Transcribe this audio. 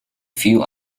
few